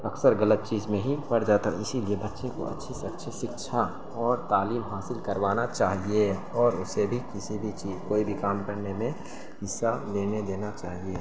اکثر غلط چیز میں ہی اور زیادہ تر اسی لیے بچے کو اچھے سے اچھے سکچھا اور تعلیم حاصل کروانا چاہیے اور اسے کسی بھی چیز کوئی بھی کام کرنے میں حصہ لینے دینا چاہیے